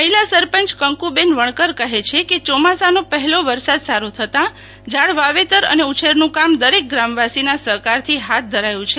મહિલા સરપંચ કંકુબેન વણકર કહે છે કે ચોમાસાનો પહેલો વરસાદ સારો થતાં ઝાડ વાવેતર અને ઉછેરનું કામ દરેક ગામવાસીના સહકારથી હાથ ધરાયું છે